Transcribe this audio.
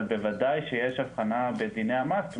אבל בוודאי שיש הבחנה בדיני המס.